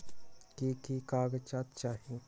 की की कागज़ात चाही?